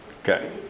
Okay